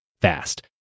fast